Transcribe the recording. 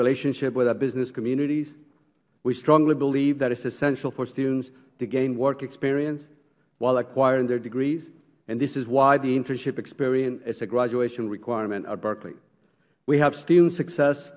relationships with our business communities we strongly believe that it is essential for students to gain work experience while acquiring their degrees and this is why the internship experience is a graduation requirement at berkeley we have student success